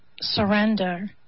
surrender